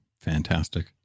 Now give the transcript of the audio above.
fantastic